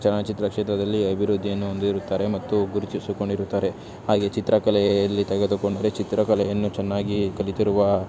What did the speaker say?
ಚಲನಚಿತ್ರ ಕ್ಷೇತ್ರದಲ್ಲಿ ಅಭಿವೃದ್ಧಿಯನ್ನು ಹೊಂದಿರುತ್ತಾರೆ ಮತ್ತು ಗುರುತಿಸಿಕೊಂಡಿರುತ್ತಾರೆ ಹಾಗೇ ಚಿತ್ರಕಲೆಯಲ್ಲಿ ತೆಗೆದುಕೊಂಡರೆ ಚಿತ್ರಕಲೆಯನ್ನು ಚೆನ್ನಾಗಿ ಕಲಿತಿರುವ